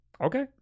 Okay